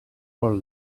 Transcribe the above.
for